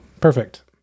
perfect